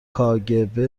کاگب